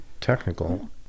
technical